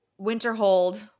Winterhold